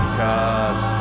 cause